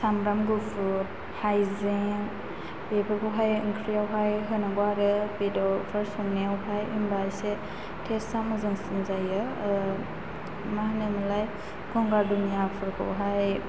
सामब्राम गुफुर हाइजें बेफोरखौहाय ओंख्रियाव होनांगौ आरो बेदरफोर संनायावहाय होनबा एसे थेस्टआ मोजांसिन जायो मा होनो मोनलाय गंगार दुनियाफोरखौहाय